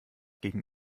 gegen